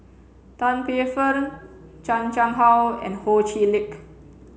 Tan Paey Fern Chan Chang How and Ho Chee Lick